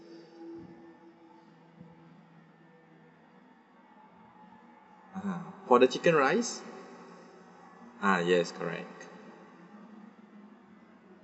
ah for the chicken ah yes correct